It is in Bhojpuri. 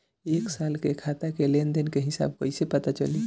एक साल के खाता के लेन देन के हिसाब कइसे पता चली?